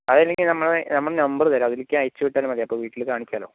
അതല്ലെങ്കിൽ നമ്മൾ നമ്മൾ നമ്പർ തരാം അതിലേക്ക് അയച്ച് വിട്ടാലും മതി അപ്പോൾ വീട്ടിൽ കാണിക്കാമല്ലോ